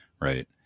Right